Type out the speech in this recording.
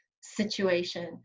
situation